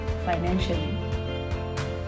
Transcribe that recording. Financially